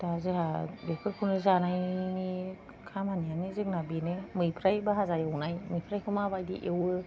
दा जोंहा बेफोरखौनो जानानैनो खामानियानो जोंना बेनो मैफ्राय भाजा एवनाय मैफ्रायखौ माबादि एवो